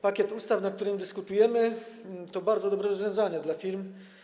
Pakiet ustaw, nad którym dyskutujemy, to bardzo dobre rozwiązanie dla firm.